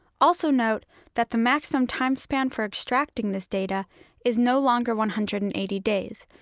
also note that the maximum time span for extracting this data is no longer one hundred and eighty days.